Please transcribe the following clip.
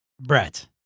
brett